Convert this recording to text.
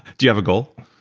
do you have a goal?